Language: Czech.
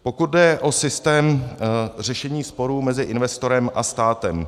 Pokud jde o systém řešení sporů mezi investorem a státem.